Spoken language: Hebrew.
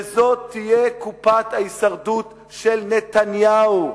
וזאת תהיה קופת ההישרדות של נתניהו,